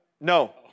No